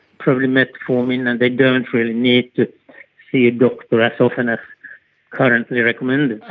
probably metformin and they don't really need to see a doctor as often as currently recommended.